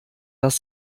das